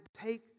take